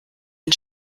ein